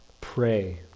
Pray